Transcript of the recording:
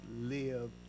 live